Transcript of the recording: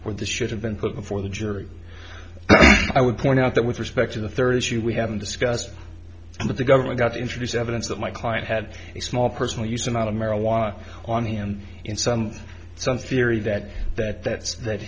where the should have been put before the jury i would point out that with respect to the third issue we haven't discussed that the government got to introduce evidence that my client had a small personal use amount of marijuana on hand in some some theory that that that